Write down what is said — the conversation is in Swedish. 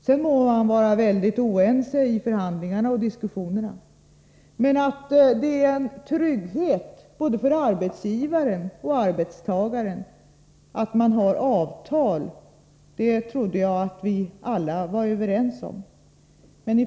Man må vara väldigt oense i förhandlingarna och diskussionerna, men att det är en trygghet både för arbetsgivaren och för arbetstagaren att man har avtal trodde jag att vi alla var överens om.